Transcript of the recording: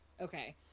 Okay